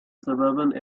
suburban